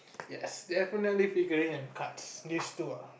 yes definitely figurine and cards this two ah